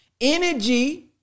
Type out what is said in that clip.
Energy